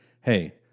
hey